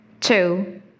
Two